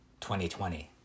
2020